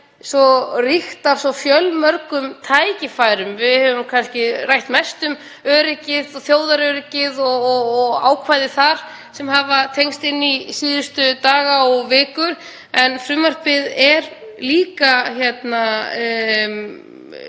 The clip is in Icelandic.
svo ríkt af svo fjölmörgum tækifærum. Við höfum kannski rætt mest um öryggi, þjóðaröryggið og ákvæðið þar um, sem hafa tengst inn í umræðuna síðustu daga og vikur, en frumvarpið er líka svo